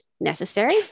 necessary